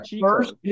first